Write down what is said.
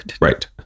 right